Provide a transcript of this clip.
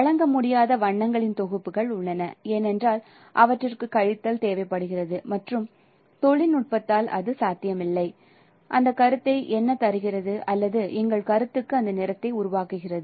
வழங்க முடியாத வண்ணங்களின் தொகுப்புகள் உள்ளன ஏனென்றால் அவற்றுக்கு கழித்தல் தேவைப்படுகிறது மற்றும் தொழில்நுட்பத்தால் அது சாத்தியமில்லை அந்த கருத்தை என்ன தருகிறது அல்லது எங்கள் கருத்துக்கு அந்த நிறத்தை உருவாக்குகிறது